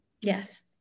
Yes